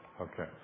Okay